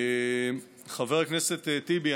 חבר הכנסת טיבי,